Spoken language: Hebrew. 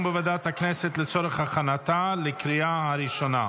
בוועדת הכנסת לצורך הכנתה לקריאה הראשונה.